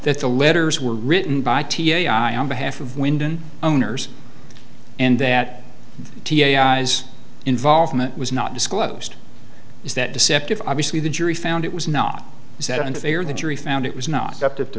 that the letters were written by t a i on behalf of wyndham owners and that t a i z involvement was not disclosed is that deceptive obviously the jury found it was not is that unfair the jury found it was not up to the